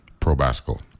Probasco